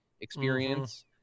experience